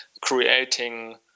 creating